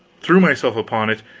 threw myself upon it,